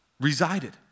resided